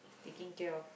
taking care of